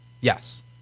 Yes